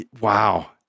Wow